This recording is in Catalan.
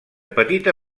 petita